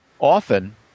often